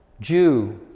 Jew